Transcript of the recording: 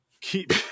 Keep